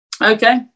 Okay